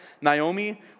Naomi